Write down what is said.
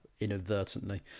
inadvertently